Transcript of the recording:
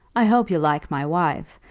i hope you'll like my wife.